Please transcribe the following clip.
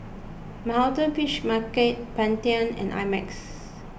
Manhattan Fish Market Pantene and I Max